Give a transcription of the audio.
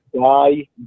Die